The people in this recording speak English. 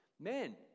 Men